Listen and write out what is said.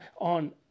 on